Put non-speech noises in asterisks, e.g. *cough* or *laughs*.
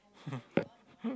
*laughs*